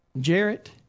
Jarrett